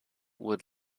would